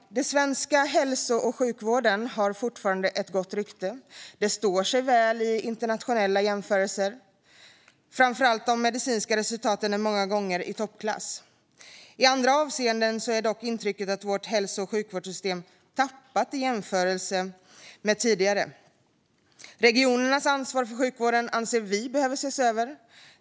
Den svenska hälso och sjukvården har fortfarande ett gott rykte och står sig väl i internationella jämförelser. Framför allt de medicinska resultaten är många gånger i toppklass. I andra avseenden är dock intrycket att vårt hälso och sjukvårdssystem har tappat i jämförelse med tidigare. Regionernas ansvar för sjukvården anser vi behöver ses över.